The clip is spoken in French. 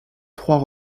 trois